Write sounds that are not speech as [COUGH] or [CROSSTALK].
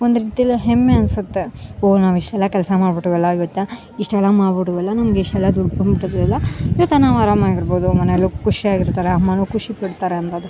ಒಂದು ರೀತಿಯಲ್ಲಿ ಹೆಮ್ಮೆ ಅನ್ಸುತ್ತೆ ಓ ನಾವು ಇಷ್ಟೆಲ್ಲ ಕೆಲಸ ಮಾಡ್ಬಿಟಲ್ವ ಇವತ್ತೆ ಇಷ್ಟೆಲ್ಲ ಮಾಡ್ಬಿಟ್ವಲ್ಲ ನಮ್ಗ ಇಷ್ಟೆಲ್ಲ ದುಡ್ಡು [UNINTELLIGIBLE] ಇವತ್ತು ನಾವು ಅರಾಮಾಗಿರ್ಬೋದು ಮನೇಲು ಖುಷ್ಯಾಗಿರ್ತಾರೆ ಅಮ್ಮನು ಖುಷಿ ಪಡ್ತಾರೆ ಅಂದಾಗ